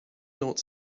not